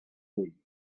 vull